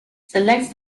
selects